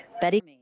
Betty